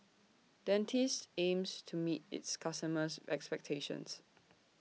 Dentiste aims to meet its customers' expectations